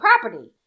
property